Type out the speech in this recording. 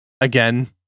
again